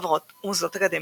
חברות ומוסדות אקדמיים.